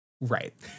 right